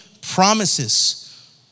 promises